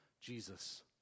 Jesus